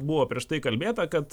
buvo prieš tai kalbėta kad